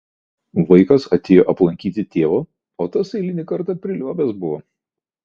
vaikas atėjo aplankyti tėvo o tas eilinį kartą priliuobęs buvo